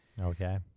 Okay